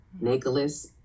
Nicholas